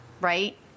right